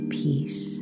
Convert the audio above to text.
peace